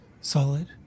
solid